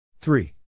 three